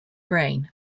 brain